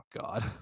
god